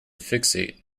fixate